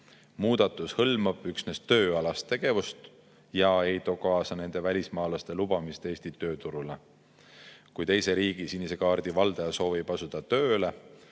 Muudatus hõlmab üksnes tööalast tegevust ja ei too kaasa nende välismaalaste lubamist Eesti tööturule. Kui teise riigi sinise kaardi valdaja soovib asuda siin tööle,